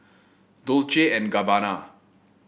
Dolce and Gabbana